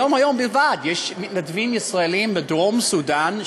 היום בלבד יש מתנדבים ישראלים בדרום-סודאן,